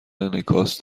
انعکاس